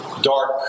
dark